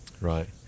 Right